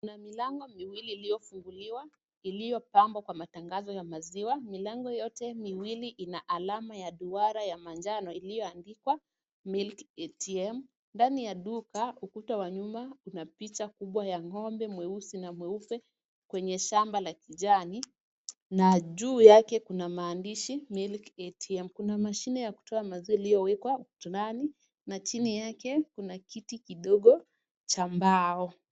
Kuna milango miwili iliyofunguliwa, iliyopambwa kwa matangazo ya maziwa. Milango yote miwili ina alama ya duara ya manjano iliyoandikwa milk ATM . Ndani ya duka ukuta wa nyumba kuna picha kubwa ya ng'ombe mweusi na mweupe kwenye shamba la kijani na juu yake kuna maandishi milk ATM . Kuna mashine ya kutoa maziwa aliyowekwa ndani na chini yake kuna kiti kidogo cha mbao.